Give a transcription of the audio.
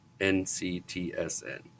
NCTSN